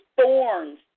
thorns